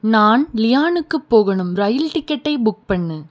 நான் லியானுக்கு போகணும் ரயில் டிக்கெட்டை புக் பண்ணு